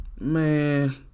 Man